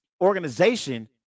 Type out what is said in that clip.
organization